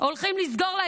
הולכים לסגור להם.